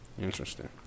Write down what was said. Interesting